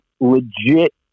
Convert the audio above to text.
legit